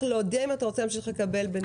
להודיע אם אתה רוצה להמשיך לקבל בדואר.